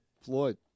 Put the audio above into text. Floyd